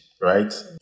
Right